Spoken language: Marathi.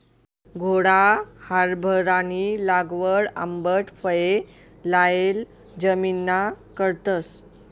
घोडा हारभरानी लागवड आंबट फये लायेल जमिनना करतस